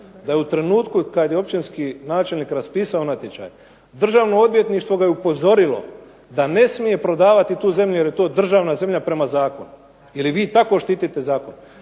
da je u trenutku kad je općinski načelnik raspisao natječaj Državno odvjetništvo ga je upozorilo da ne smije prodavati tu zemlju jer je to državna zemlja prema zakonu jer i vi tako štitite zakon.